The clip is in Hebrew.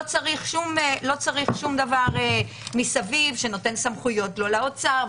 לא צריך שום דבר מסביב שנותן סמכויות לא לאוצר,